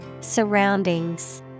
Surroundings